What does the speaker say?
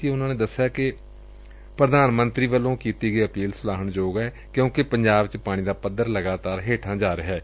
ਲੋਕਾਂ ਨੇ ਦਸਿਆ ਕਿ ਪ੍ਰਧਾਨ ਮੰਤਰੀ ਵੱਲੋਂ ਕੀਤੀ ਗਈ ਅਪੀਲ ਸਲਾਹੁਣਯੋਗ ਏ ਕਿਉਂਕਿ ਪੰਜਾਬ ਚ ਪਾਣੀ ਦਾ ਪੱਧਰ ਲਗਾਤਾਰ ਹੇਠਾ ਜਾ ਰਿਹੈ